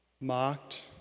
mocked